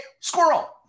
squirrel